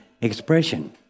expression